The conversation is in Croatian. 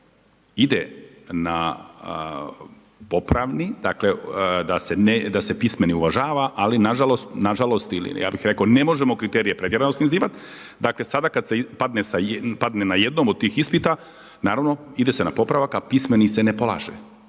ide na popravni, dakle da se pismeni uvažava ali nažalost, nažalost ili, ja bih rekao ne možemo kriterije pretjerano snižavati. Dakle sada kada se padne na jednom od tih ispita, naravno ide se na popravak a pismeni se ne polaže.